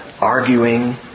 arguing